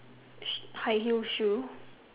sh high heel shoe